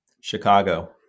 Chicago